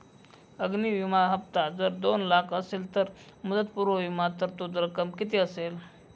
अग्नि विमा हफ्ता जर दोन लाख असेल तर मुदतपूर्व विमा तरतूद रक्कम किती असेल?